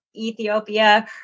Ethiopia